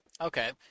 Okay